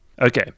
Okay